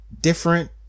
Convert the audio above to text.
different